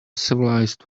civilized